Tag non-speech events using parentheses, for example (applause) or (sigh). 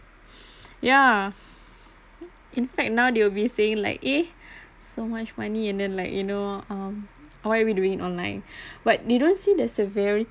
yeah in fact now they will be saying like eh so much money and then like you know um why are we doing it online (breath) but they don't see the severity